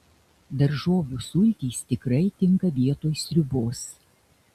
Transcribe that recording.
daržovių sultys tikrai tinka vietoj sriubos